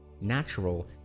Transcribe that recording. natural